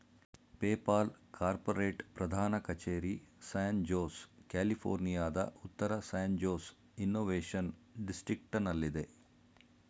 PayPal corporate ಪ್ರಧಾನ ಕಚೇರಿ San Jose, ಕ್ಯಾಲಿಫೋರ್ನಿಯಾದ ಉತ್ತರ ಸ್ಯಾನ್ ಜೋಸ್ ಇನ್ನೋವೇಶನ್ ಡಿಸ್ಟ್ರಿಕ್ಟನಲ್ಲಿದೆ